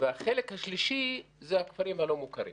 והחלק שלישי זה הכפרים הלא מוכרים.